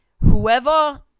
whoever